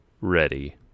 ready